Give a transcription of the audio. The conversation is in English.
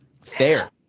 fair